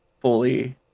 fully